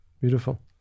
Beautiful